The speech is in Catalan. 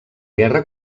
guerra